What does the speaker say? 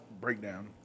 Breakdown